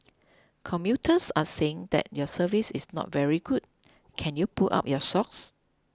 commuters are saying that your service is not very good can you pull up your socks